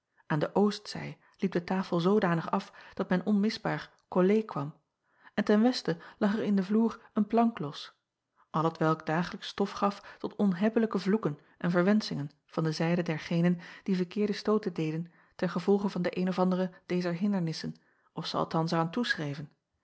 aan de oostzij liep de tafel zoodanig af dat men onmisbaar collé kwam en ten westen lag er in de vloer een plank los al hetwelk dagelijks stof gaf tot onhebbelijke vloeken en verwenschingen van de zijde dergenen die verkeerde stooten deden ten gevolge van de eene of andere dezer hindernissen of ze althans er aan toeschreven